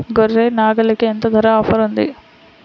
గొర్రె, నాగలికి ఎంత ధర ఆఫర్ ఉంది?